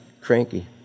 cranky